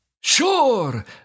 Sure